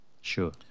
sure